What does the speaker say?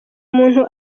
umuntu